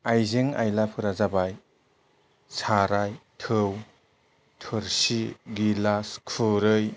आइजें आइलाफोरा जाबाय साराय थौ थोरसि गिलास खुरै